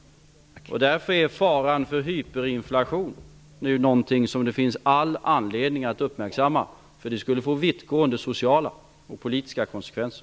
Därför är faran för hyperinflation någonting som det finns all anledning att uppmärksamma. Det skulle få vittgående sociala och politiska konsekvenser.